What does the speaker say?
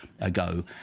ago